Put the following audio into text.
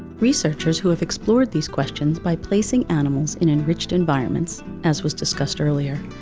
researchers who have explored these questions by placing animals in enriched environments as was discussed earlier,